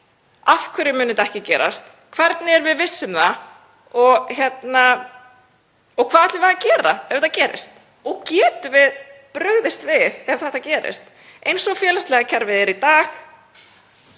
Af hverju mun þetta ekki gerast? Hvernig getum við verið viss um það? Hvað ætlum við að gera ef þetta gerist? Getum við brugðist við ef þetta gerist? Eins og félagslega kerfið er í dag